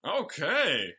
Okay